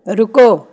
ਰੁਕੋ